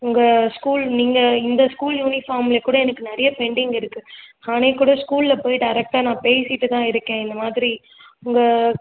உங்கள் ஸ்கூல் நீங்கள் இந்த ஸ்கூல் யூனிஃபார்மில் கூட எனக்கு நிறையா பெண்டிங் இருக்கு அன்னைக்கு கூட ஸ்கூலில் போய்ட்டு டேரெக்டாக நான் பேசிட்டு தான் இருக்கேன் இந்தமாதிரி உங்கள்